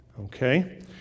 Okay